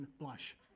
blush